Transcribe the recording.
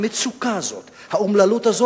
המצוקה הזאת, האומללות הזאת,